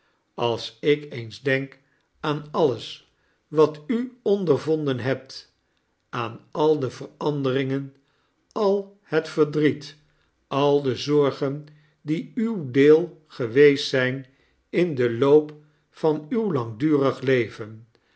als ik eens denk aan alles wat u ohdervonden hebt aan al de veranderingen al het verdriet al de zorgen die uw deel geweest zijn in den loop van uw langdurig leven